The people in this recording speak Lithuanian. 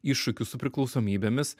iššūkių su priklausomybėmis